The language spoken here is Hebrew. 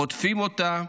חוטפים אותה,